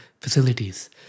facilities